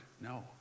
No